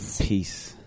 Peace